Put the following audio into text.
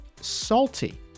salty